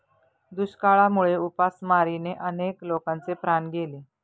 दुष्काळामुळे उपासमारीने अनेक लोकांचे प्राण गेले